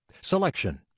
Selection